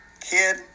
kid